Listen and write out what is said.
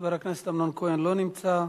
חבר הכנסת אמנון כהן לא נמצא.